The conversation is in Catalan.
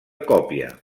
còpia